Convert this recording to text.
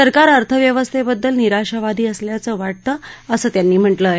सरकार अर्थव्यवस्थेबददल निराशावादी असल्याचं वाटतं असं त्यांनी म्हटलं आहे